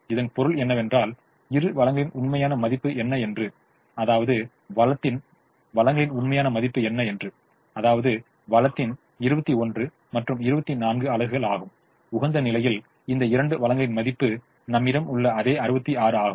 இதன் பொருள் என்னவென்றால் இரு வளங்களின் உண்மையான மதிப்பு என்ன என்று அதாவது வளத்தின் 21 மற்றும் 24 அலகுகள் ஆகும் உகந்த நிலையில் இந்த இரண்டு வளங்களின் மதிப்பு நம்மிடம் உள்ள அதே 66 ஆகும்